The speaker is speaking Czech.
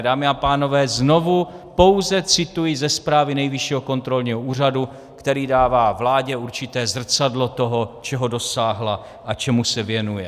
Dámy a pánové, znovu pouze cituji ze zprávy Nejvyššího kontrolního úřadu, který dává vládě určité zrcadlo toho, čeho dosáhla a čemu se věnuje.